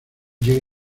llega